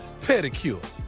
pedicure